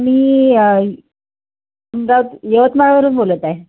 मी यवतमाळ वरून बोलत आहे